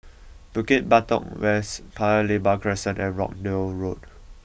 Bukit Batok West Paya Lebar Crescent and Rochdale Road